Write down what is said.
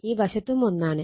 ഈ വശത്തും 1 ആണ്